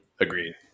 Agreed